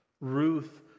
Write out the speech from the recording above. Ruth